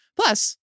Plus